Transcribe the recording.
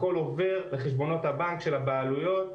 הכל עובר לחשבונות הבנק של הבעלויות.